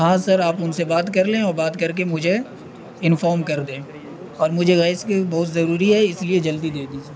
ہاں سر آپ ان سے بات کر لیں اور بات کر کے مجھے انفارم کر دیں اور مجھے اس کی بہت ضروری ہے اس لیے جلدی دے دیجیے